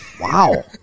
Wow